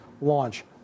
launch